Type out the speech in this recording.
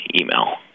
email